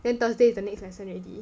then Thursday is the next lesson already